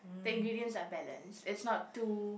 the ingredients are balance it's not too